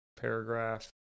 paragraph